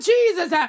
Jesus